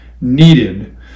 needed